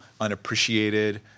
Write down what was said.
unappreciated